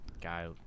guy